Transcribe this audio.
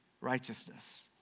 righteousness